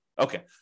Okay